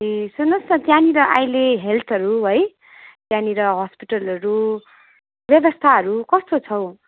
ए सुन्नुहोस् न त्यहाँनिर अहिले हेल्थहरू है त्यहाँनिर हस्पिटलहरू व्यवस्थाहरू कस्तो छ हो